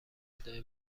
ندای